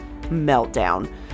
meltdown